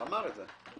הוא אמר את זה.